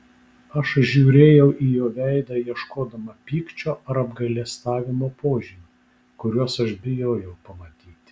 aš žiūrėjau į jo veidą ieškodama pykčio ar apgailestavimo požymių kuriuos aš bijojau pamatyti